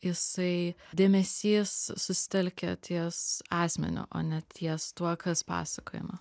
jisai dėmesys susitelkia ties asmeniu o ne ties tuo kas pasakojama